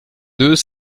deux